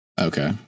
Okay